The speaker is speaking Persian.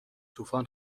طوفان